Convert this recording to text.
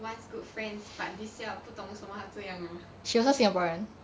once good friends but this year 我不懂为什么她这样 uh